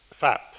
FAP